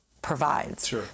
Provides